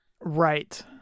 Right